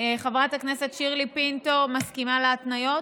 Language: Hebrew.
חברת הכנסת שירלי פינטו, מסכימה להתניות?